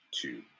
two